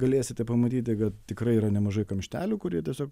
galėsite pamatyti kad tikrai yra nemažai kamštelių kurie tiesiog